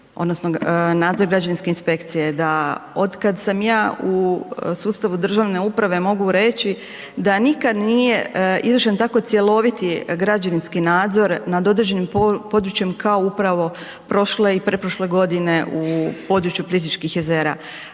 odnosno nadzor građevinske inspekcije da otkad sam ja u sustavu državne uprave mogu reći da nikad nije izvršen tako cjeloviti građevinski nadzor nad određenim područjem kao upravo prošle i pretprošle godine u području Plitvičkih jezera.